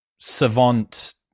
savant